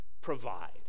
provide